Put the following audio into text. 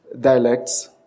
dialects